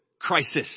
crisis